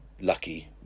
lucky